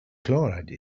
chloride